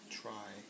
try